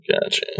Gotcha